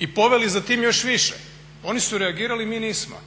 i poveli za tim još više. Oni su reagirali, mi nismo.